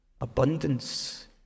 abundance